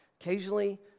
occasionally